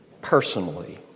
personally